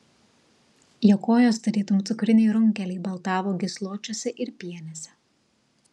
jo kojos tarytum cukriniai runkeliai baltavo gysločiuose ir pienėse